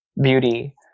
beauty